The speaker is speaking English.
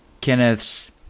Kenneth's